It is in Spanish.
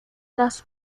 las